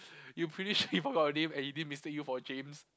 you pretty sure he forgot your name and he didn't mistake you for James